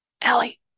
Allie